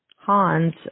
Hans